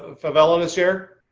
ah favela to share?